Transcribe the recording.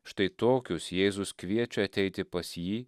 štai tokius jėzus kviečia ateiti pas jį